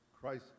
Christ